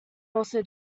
also